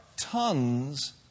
tons